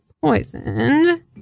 Poisoned